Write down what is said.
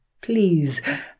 please